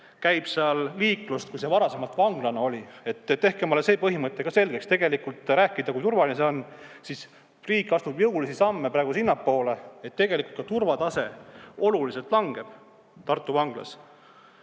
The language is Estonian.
kui siis, kui see varasemalt oli vangla. Tehke mulle see põhimõte selgeks! Te räägite, kui turvaline see on, aga riik astub jõulisi samme praegu sinnapoole, et tegelikult ka turvatase oluliselt langeb Tartu vanglas.